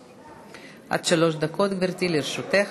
עד שלוש דקות, גברתי, לרשותך.